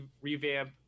revamp